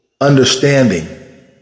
understanding